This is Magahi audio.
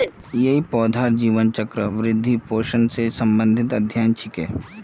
यई पौधार जीवन चक्र, वृद्धि, पोषण स संबंधित अध्ययन छिके